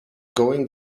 going